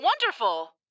Wonderful